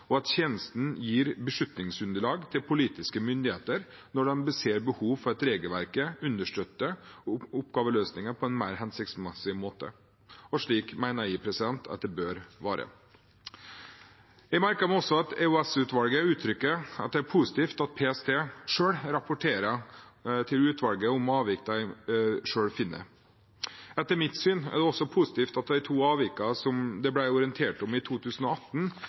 og deres oppgave, og at tjenesten gir beslutningsunderlag til politiske myndigheter når de ser behov for at regelverket understøtter oppgaveløsningen på en mer hensiktsmessig måte. Slik mener jeg at det bør være. Jeg merker meg også at EOS-utvalget uttrykker at det er positivt at PST selv rapporterer til utvalget om avvik de finner. Etter mitt syn er det også positivt at de to avvikene som det ble orientert om i 2018,